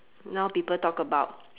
now people talk about